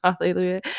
hallelujah